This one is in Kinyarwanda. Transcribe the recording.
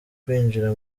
kwinjira